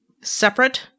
separate